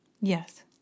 Yes